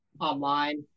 online